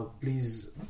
Please